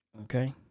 Okay